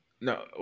No